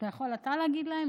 אתה יכול להגיד להם?